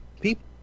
people